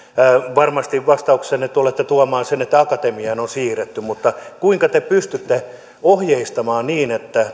varmasti vastauksessanne tulette tuomaan sen että akatemiaan on siirretty mutta kuinka te pystytte ohjeistamaan niin että